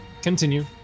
Continue